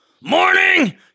Morning